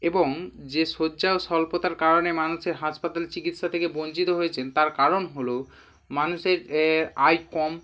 এবং যে শয্যা স্বল্পতার কারণে মানুষের হাসপাতালে চিকিৎসা থেকে বঞ্চিত হয়েছেন তার কারণ হলো মানুষের আয় কম